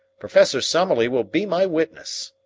professor summerlee will be my witness.